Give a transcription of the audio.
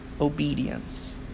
obedience